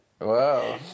Wow